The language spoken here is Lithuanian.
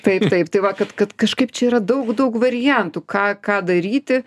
taip taip tai vat kad kad kažkaip čia yra daug daug variantų ką ką daryti